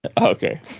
okay